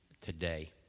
today